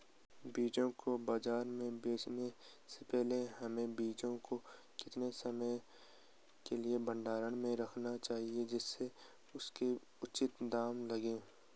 बीजों को बाज़ार में बेचने से पहले हमें बीजों को कितने समय के लिए भंडारण में रखना चाहिए जिससे उसके उचित दाम लगें?